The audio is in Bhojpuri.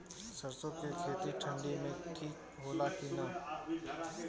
सरसो के खेती ठंडी में ठिक होला कि ना?